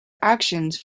actions